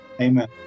Amen